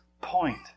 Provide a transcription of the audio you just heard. point